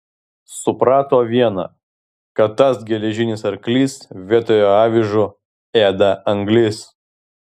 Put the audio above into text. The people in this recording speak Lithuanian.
suprato viena kad tas geležinis arklys vietoje avižų ėda anglis